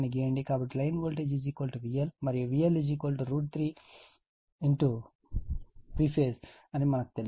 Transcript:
కాబట్టి line voltage VL మరియు VL 3Vp అని మనకు తెలుసు